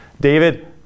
David